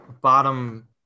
bottom